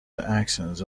axons